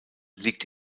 liegt